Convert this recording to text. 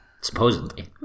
Supposedly